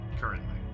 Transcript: Currently